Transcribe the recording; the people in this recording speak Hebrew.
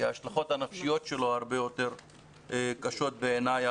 כי ההשלכות הנפשיות הרבה יותר קשות בעיניי,